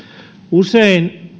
usein